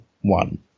one